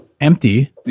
empty